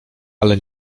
ale